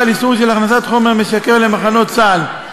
חל איסור הכנסת חומר משכר למחנות צה”ל,